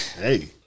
Hey